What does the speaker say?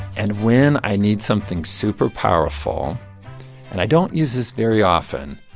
and when i need something super powerful and i don't use this very often.